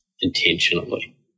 intentionally